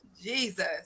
jesus